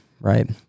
right